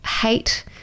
hate